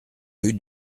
rue